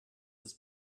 ist